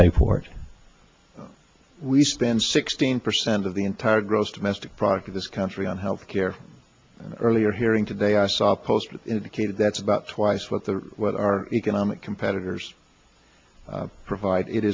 play port we spend sixteen percent of the entire gross domestic product in this country on health care earlier hearing today i saw a post indicated that's about twice what the what our economic competitors provide it